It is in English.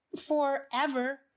forever